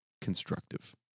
constructive